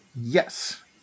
Yes